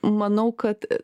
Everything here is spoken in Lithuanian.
manau kad